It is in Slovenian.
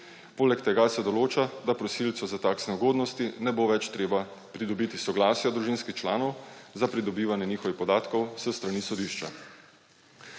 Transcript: Poleg tega se določa, da prosilcu za taksne ugodnosti ne bo več treba pridobiti soglasja družinskih članov za pridobivanje njihovih podatkov s strani sodišča.